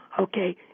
Okay